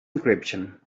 encryption